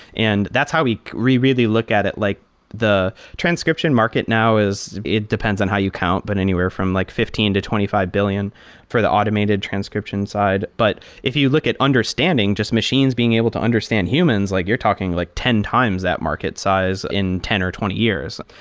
and that's how we really look at it. like the transcription market now is it depends on how you count, but anywhere from like fifteen to twenty five billion for the automated transcription side. but if you look at understanding just machines being able to understand humans, like you're talking like ten times that market size in ten or twenty years.